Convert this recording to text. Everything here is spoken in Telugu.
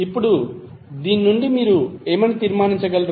ఇప్పుడు దీని నుండి మీరు ఏమి తీర్మానించగలరు